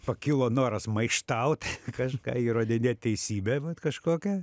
pakilo noras maištaut kažką įrodinėt teisybę vat kažkokią